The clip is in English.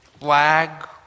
lag